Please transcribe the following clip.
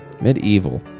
Medieval